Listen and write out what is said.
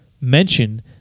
mention